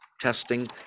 testing